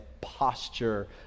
posture